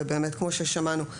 ובאמת כמו ששמענו,